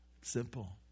Simple